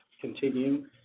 continue